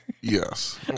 yes